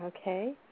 Okay